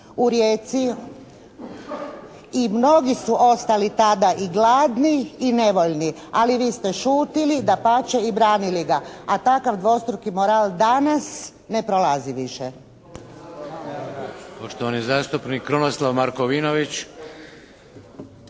u Rijeci i mnogi su ostali tada i gladni i nevoljni, ali vi ste šutili, dapače i branili ga, a takav dvostruki moral danas ne prolazi više.